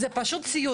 זה פשוט סיוט.